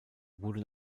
wurde